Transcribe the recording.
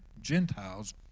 gentiles